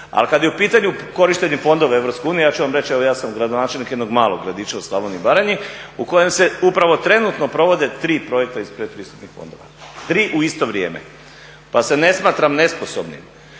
Ali kad je u pitanju korištenje fondova Europske unije, ja ću vam reći evo ja sam gradonačelnik jednog malog gradića u Slavoniji i Baranji u kojem se upravo trenutno provode tri projekta iz pretpristupnih fondova. Tri u isto vrijeme, pa se ne smatram nesposobnim.